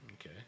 Okay